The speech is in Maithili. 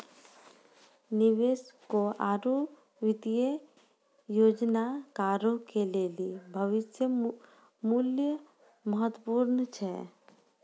निवेशकों आरु वित्तीय योजनाकारो के लेली भविष्य मुल्य महत्वपूर्ण छै